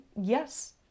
yes